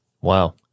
Wow